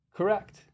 Correct